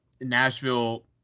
nashville